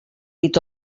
dit